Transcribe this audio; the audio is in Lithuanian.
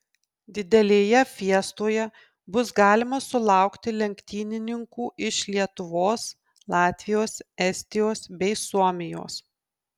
didelėje fiestoje bus galima sulaukti lenktynininkų iš lietuvos latvijos estijos bei suomijos